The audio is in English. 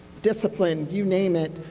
discipline, you name it,